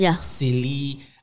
silly